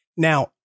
Now